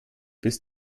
bis